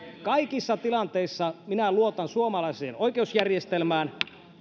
kaikissa tilanteissa minä luotan suomalaiseen oikeusjärjestelmään